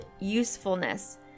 usefulness